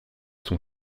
son